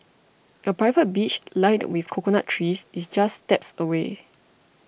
a private beach lined with coconut trees is just steps away